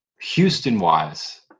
Houston-wise